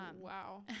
Wow